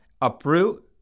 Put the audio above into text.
uproot